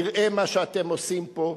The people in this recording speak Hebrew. יראה מה שאתם עושים פה,